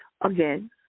again